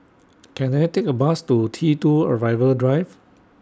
Can I Take A Bus to T two Arrival Drive